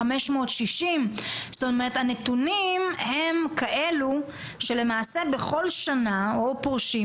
560. הנתונים הם כאלה שבכל שנה פורשים,